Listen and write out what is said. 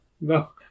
No